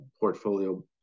portfolio